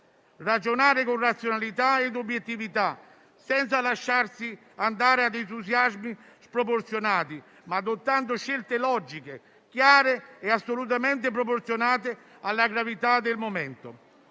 Ragionare con razionalità e obiettività, senza lasciarsi andare a entusiasmi sproporzionati, ma adottando scelte logiche, chiare e assolutamente proporzionate alla gravità del momento: